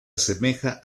asemeja